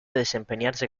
desempeñarse